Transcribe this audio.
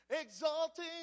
exalting